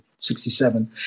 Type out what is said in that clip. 67